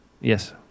Yes